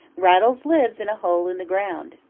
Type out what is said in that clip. rattles lives in a hole in the ground.